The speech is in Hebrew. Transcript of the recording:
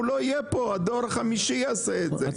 הוא לא יהיה פה הדור החמישי יעשה את זה.